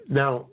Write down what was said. now